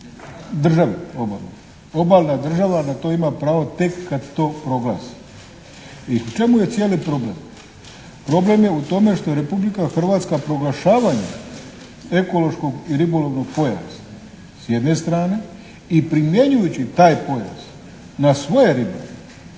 čuje./ … Obalna država na to ima pravo tek kad to proglasi. I u čemu je cijeli problem? Problem je u tome što je Republika Hrvatska proglašavana ekološkog i ribolovnog pojasa s jedne strane i primjenjujući taj pojas na svoje ribare,